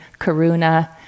Karuna